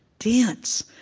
dance,